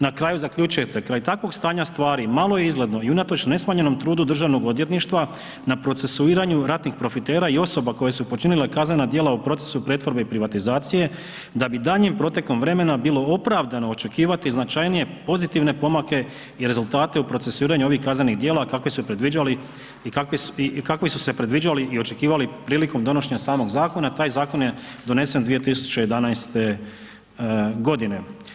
Na kraju zaključujete, „kraj takvog stanja stvari malo je izgledno i unatoč nesmanjenom trudu Državnog odvjetništva na procesuiranju ratnih profitera i osoba koje su počinile kaznena djela u procesu pretvorbe i privatizacije da bi daljnjim protekom vremena bilo opravdano očekivati značajnije pozitivne pomake i rezultate u procesuiranju ovih kaznenih djela i kakvi su se predviđali i očekivali prilikom donošenja samog zakona, taj zakon je donesen 2011. godine“